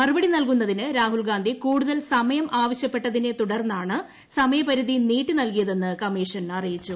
മറുപടി നൽകുന്നതിന് രാഹുൽഗാന്ധി കൂടുതൽ സമയം ആവശ്യപ്പെട്ടതിനെ തുടർന്നാണ് സമയപ്പരിധി നീട്ടി നൽകിയതെന്ന് കമ്മീഷൻ അറിയിച്ചു